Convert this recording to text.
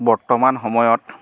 বৰ্তমান সময়ত